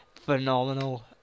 phenomenal